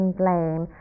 blame